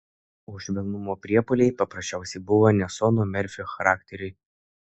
o švelnumo priepuoliai paprasčiausiai buvo ne sono merfio charakteriui